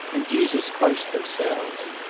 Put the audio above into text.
and jesus christ themselves.